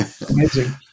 amazing